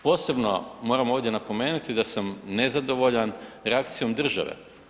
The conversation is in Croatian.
Posebno moram ovdje napomenuti da sam nezadovoljan reakcijom države.